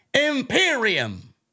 Imperium